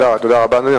תודה רבה, אדוני.